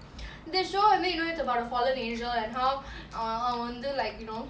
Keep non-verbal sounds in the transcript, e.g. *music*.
*noise* இந்த:intha show வந்து:vanthu you know it's about the fallen angel and how ah அவங்க வந்து:avanga vanthu like you know